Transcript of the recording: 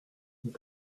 vous